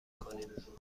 کنیم